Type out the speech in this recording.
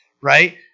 Right